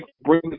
bring